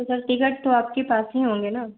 तो sir ticket तो आपके पास ही होंगे ना